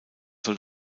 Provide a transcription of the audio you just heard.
soll